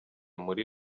muri